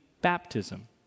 baptism